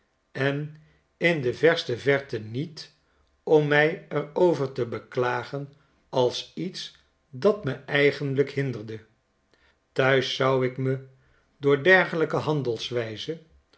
en in de verste verte niet om mij er over te beklagen als iets dat me eigenlijk hinderde thuis zou ik me door dergelijke